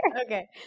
okay